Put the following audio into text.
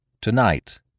Tonight